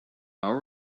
our